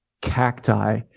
cacti